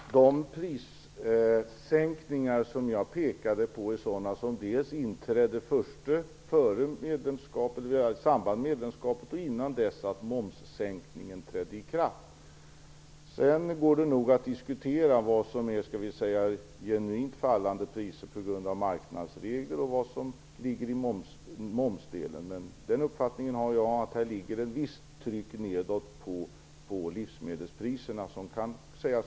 Herr talman! De prissänkningar som jag pekade på är sådana som inträffade antingen före medlemskapet eller i samband med medlemskapet, innan momssänkningen trädde i kraft. Det kan i övrigt diskuteras vad som är genuint fallande priser på grund av marknadsregler och vad som beror på momsen. Jag har den uppfattningen att medlemskapet utövar ett visst tryck nedåt på livsmedelspriserna.